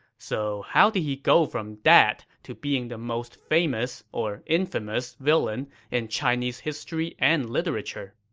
so how did he go from that to being the most famous, or infamous, villain in chinese history and literature?